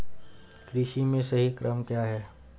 कृषि में सही क्रम क्या है?